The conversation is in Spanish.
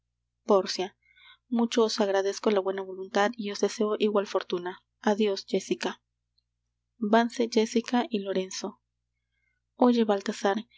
pórcia mucho os agradezco la buena voluntad y os deseo igual fortuna adios jéssica vanse jéssica y lorenzo oye baltasar